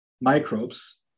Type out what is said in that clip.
microbes